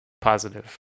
positive